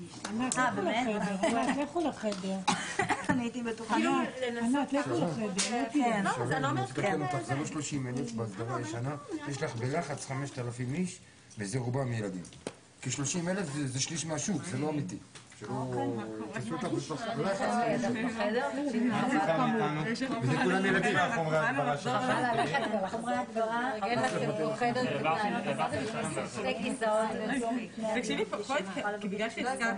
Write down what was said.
14:45.